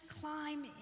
climb